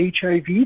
HIV